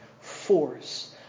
force